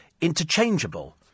interchangeable